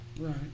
Right